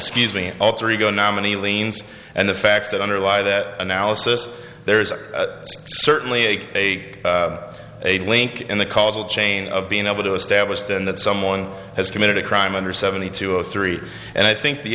excuse me an alter ego nominee leans and the facts that underlie that analysis there is certainly a a a link in the causal chain of being able to establish that someone has committed a crime under seventy two or three and i think the